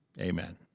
Amen